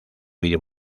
video